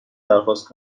درخواست